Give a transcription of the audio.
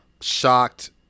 shocked